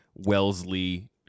wellesley